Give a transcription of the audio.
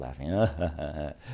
laughing